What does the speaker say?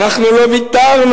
אנחנו לא ויתרנו.